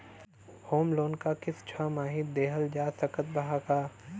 Home loan क किस्त छमाही देहल जा सकत ह का?